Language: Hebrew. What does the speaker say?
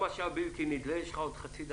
יש לך עוד חצי דקה.